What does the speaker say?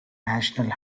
national